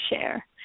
share